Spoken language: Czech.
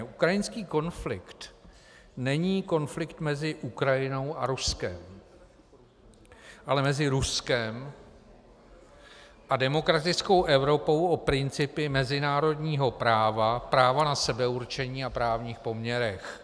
Ukrajinský konflikt není konflikt mezi Ukrajinou a Ruskem, ale mezi Ruskem a demokratickou Evropou o principy mezinárodního práva, právo na sebeurčení a právních poměrech.